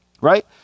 Right